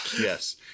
Yes